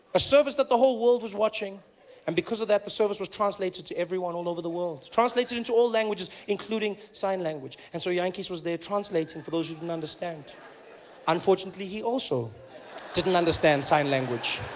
a service that the whole world was watching and because of that the service was translated to everyone all over the world translated into all languages including sign language and so yeah jantjies was there translating for those who didn't understand unfortunately he also didn't understand sign language